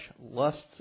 lusts